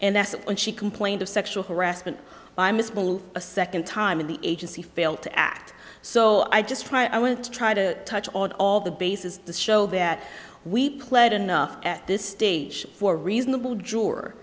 and that's when she complained of sexual harassment by miss ball a second time in the agency failed to act so i just try i want to try to touch on all the bases to show that we played enough at this stage for a reasonable juror